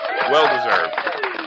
Well-deserved